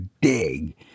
dig